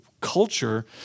culture